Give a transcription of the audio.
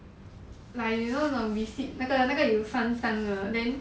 like you know the receipt 那个那个有三张的